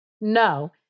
No